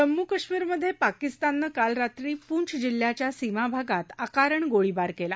जम्मू कश्मीरमधे पाकिस्ताननं काल रात्री पूंछ जिल्ह्याच्या सीमा भागात अकारण गोळीबार केला